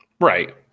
Right